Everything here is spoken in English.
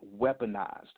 weaponized